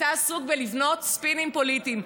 אתה עסוק בלבנות ספינים פוליטיים.